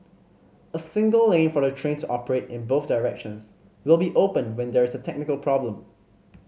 a single lane for the train to operate in both directions will be open when there's a technical problem